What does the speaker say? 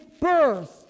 birth